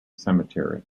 cemetery